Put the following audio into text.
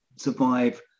survive